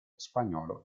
spagnolo